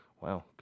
wow